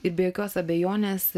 ir be jokios abejonės